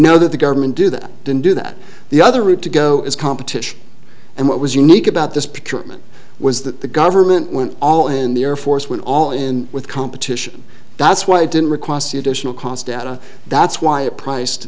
know that the government do that didn't do that the other route to go is competition and what was unique about this picture was that the government went all in the air force went all in with competition that's why it didn't require additional cost data that's why it priced